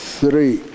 three